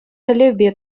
тӗллевпе